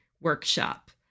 workshop